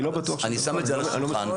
אני לא בטוח שזה נכון.